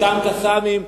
אותם "קסאמים",